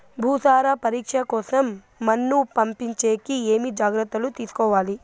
భూసార పరీక్ష కోసం మన్ను పంపించేకి ఏమి జాగ్రత్తలు తీసుకోవాలి?